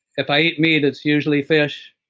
if i eat meat it's usually fish,